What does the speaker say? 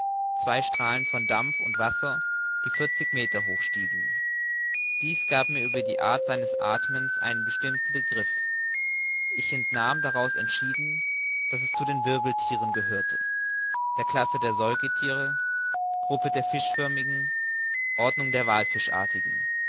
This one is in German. zwei strahlen von dampf und wasser die vierzig meter hoch stiegen dies gab mir über die art seines athmens einen bestimmten begriff ich entnahm daraus entschieden daß es zu den wirbelthieren gehörte der klasse der säugethiere gruppe der fischförmigen ordnung der